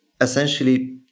essentially